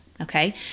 okay